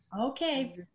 Okay